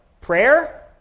Prayer